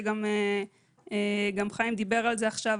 שגם חיים דיבר עליה עכשיו,